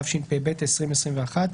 התשפ"ב 2021,